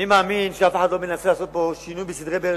אני מאמין שאף אחד לא מנסה לעשות פה שינוי בסדרי בראשית.